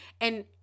And-